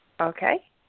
Okay